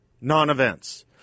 Non-events